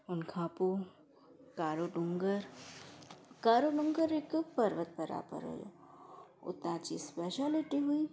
उन खां पोइ कारो टूंगर कारो टूंगर हिकु पर्वत परा पर हुतां जी स्पैशालिटी हुई